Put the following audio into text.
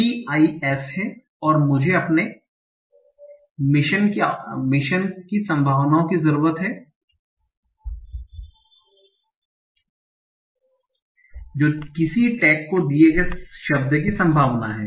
T i S है और मुझे अपने एमिशन की संभावनाओं की ज़रूरत है जो किसी टैग को दिए गए शब्द की संभावना है